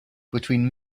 between